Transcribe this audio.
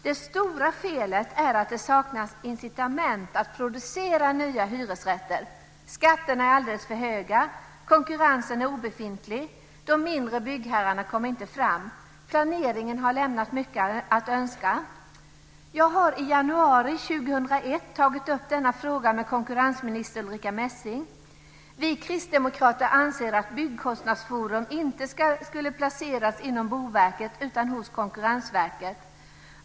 Det stora felet är att det saknas incitament att producera nya hyresrätter. Skatterna är alldeles för höga. Konkurrensen är obefintlig. De mindre byggherrarna kommer inte fram. Planeringen har lämnat mycket att önska. Jag har i januari 2001 tagit upp denna fråga med konkurrensminister Ulrica Messing. Vi kristdemokrater anser att Byggkostnadsforum inte skulle ha placerats inom Boverket utan hos Konkurrensverket.